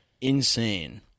insane